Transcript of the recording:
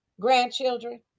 grandchildren